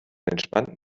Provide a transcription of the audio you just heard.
entspannten